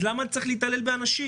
אז למה צריך להתעלל באנשים?